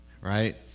right